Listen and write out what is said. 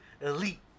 Elite